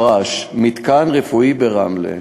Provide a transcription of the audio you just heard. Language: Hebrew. מר"ש, מתקן רפואי ברמלה.